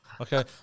Okay